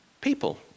people